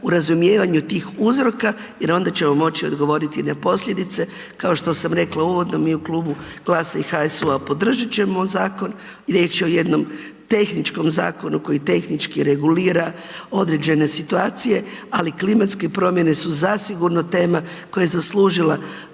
u razumijevanju tih uzroka jer onda ćemo moći odgovoriti na posljedice kao što sam rekla uvodno mi u Klubu GLAS-a i HSU-a podržat ćemo zakon. Riječ je o jednom tehničkom zakonu koji tehnički regulira određene situacije, ali klimatske promjene su zasigurno tema koja je zaslužila